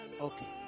okay